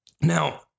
Now